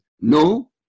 No